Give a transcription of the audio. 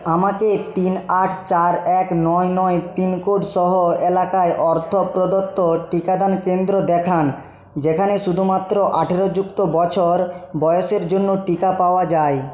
আমাকে তিন আট চার এক নয় নয় পিনকোড সহ এলাকায় অর্থ প্রদত্ত টিকাদান কেন্দ্র দেখান যেখানে শুধুমাত্র আঠারো যুক্ত বছর বয়সের জন্য টিকা পাওয়া যায়